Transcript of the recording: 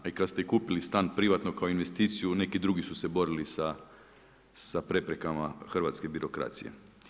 E sada ste kupili stan privatno kao investiciju neki drugi su se borili sa preprekama hrvatske birokracije.